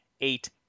eight